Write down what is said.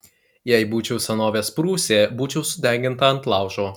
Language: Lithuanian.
jei būčiau senovės prūsė būčiau sudeginta ant laužo